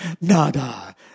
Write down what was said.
nada